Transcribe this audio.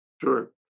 Sure